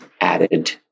added